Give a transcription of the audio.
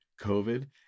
COVID